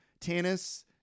Tannis